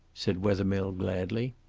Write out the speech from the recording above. said wethermill gladly.